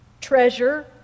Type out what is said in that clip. Treasure